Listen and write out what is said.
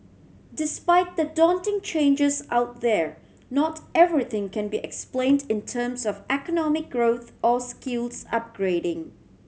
despite the daunting changes out there not everything can be explained in terms of economic growth or skills upgrading